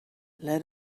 let